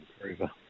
improver